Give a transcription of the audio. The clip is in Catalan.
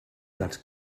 dels